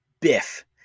Biff